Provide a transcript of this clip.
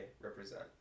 represent